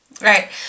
Right